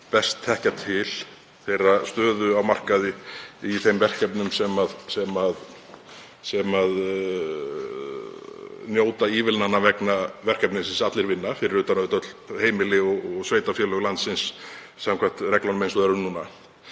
best þekkja til stöðu á markaði í þeim verkefnum sem njóta ívilnana vegna verkefnisins Allir vinna, fyrir utan auðvitað öll heimili og sveitarfélög landsins, samkvæmt reglunum eins og þær eru núna,